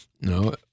no